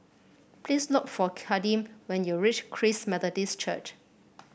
please look for Kadeem when you reach Christ Methodist Church